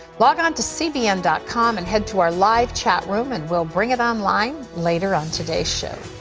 log on to cbn dot com and head to our live chat room, and we'll bring it online later on today's show.